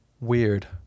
weird